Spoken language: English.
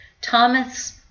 Thomas